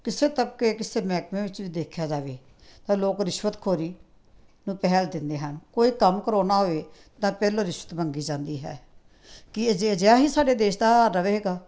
ਕਿਸੇ ਤਬਕੇ ਕਿਸੇ ਮਹਿਕਮੇ ਵਿੱਚ ਵੀ ਦੇਖਿਆ ਜਾਵੇ ਤਾਂ ਲੋਕ ਰਿਸ਼ਵਤ ਖੋਰੀ ਨੂੰ ਪਹਿਲ ਦਿੰਦੇ ਹਨ ਕੋਈ ਕੰਮ ਕਰਵਾਉਣਾ ਹੋਵੇ ਤਾਂ ਪਹਿਲਾਂ ਰਿਸ਼ਵਤ ਮੰਗੀ ਜਾਂਦੀ ਹੈ ਕੀ ਅਜੇ ਅਜਿਹਾ ਹੀ ਸਾਡੇ ਦੇਸ਼ ਦਾ ਰਵੇਗਾ